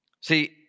See